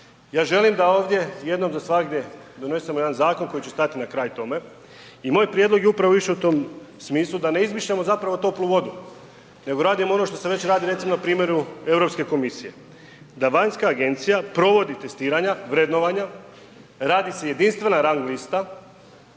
Ja želim da ovdje jednog za svagda donesemo jedan zakon koji će stati na kraj tome i moj prijedlog je upravo išao u tom smislu da ne izmišljamo zapravo toplu vodu nego da radimo ono što se već radi, recimo na primjeru EU komisije. Da vanjska agencija provodi testiranja, vrednovanja, radi se jedinstvena rang lista